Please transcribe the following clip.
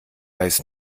weiß